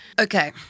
Okay